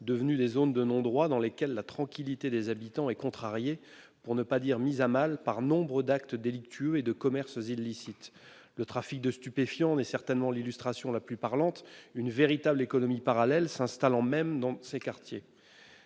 devenus des zones de non-droit dans lesquelles la tranquillité des habitants est contrariée, pour ne pas dire mise à mal, par nombre d'actes délictueux et des commerces illicites. Le trafic de stupéfiants en est certainement l'illustration la plus parlante, une réelle économie parallèle s'installant même dans ces quartiers.